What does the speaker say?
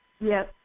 Yes